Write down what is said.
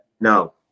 No